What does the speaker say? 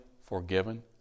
forgiven